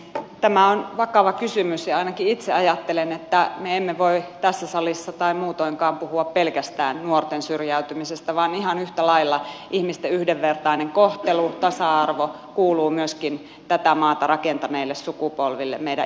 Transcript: tämä on vakava kysymys ja ainakin itse ajattelen että me emme voi tässä salissa tai muutoinkaan puhua pelkästään nuorten syrjäytymisestä vaan ihan yhtä lailla ihmisten yhdenvertainen kohtelu tasa arvo kuuluu myöskin tätä maata rakentaneille sukupolville meidän ikäihmisillemme